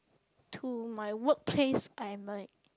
to my workplace I might